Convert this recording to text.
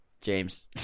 James